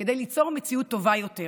כדי ליצור מציאות טובה יותר,